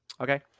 Okay